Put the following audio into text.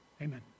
amen